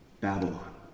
Babylon